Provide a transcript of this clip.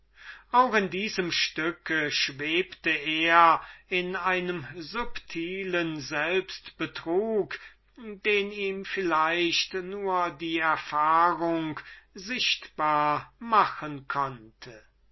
auch in diesem stücke schwebte er in einem subtilen selbstbetrug den ihm vielleicht nur die erfahrung sichtbar machen konnte